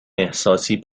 احساسی